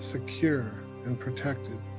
secure and protected,